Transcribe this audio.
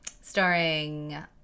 Starring